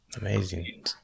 Amazing